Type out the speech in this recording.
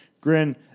grin